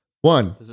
One